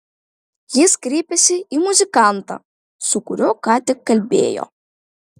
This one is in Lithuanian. jis kreipėsi į muzikantą su kuriuo ką tik kalbėjo